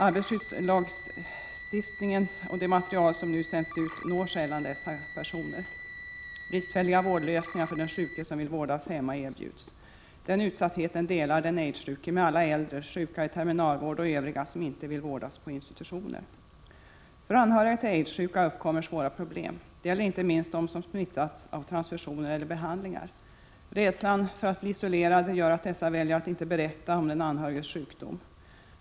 Arbetarskyddslagstiftningen och det material som nu sänds ut når sällan dessa personer. Bristfälliga vårdlösningar för den sjuke som vill vårdas hemma erbjuds. Den utsattheten delar den aidssjuke med alla äldre, sjuka i terminalvård och övriga som inte vill vårdas på institutioner. För anhöriga till aidssjuka uppkommer svåra problem. Det gäller inte minst dem som smittats av transfusioner eller behandlingar. Rädslan för att bli isolerad gör att de anhöriga väljer att inte berätta om sjukdomen.